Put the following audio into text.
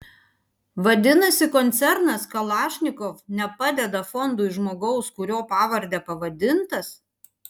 vadinasi koncernas kalašnikov nepadeda fondui žmogaus kurio pavarde pavadintas